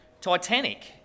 Titanic